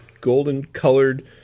golden-colored